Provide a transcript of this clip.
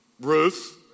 Ruth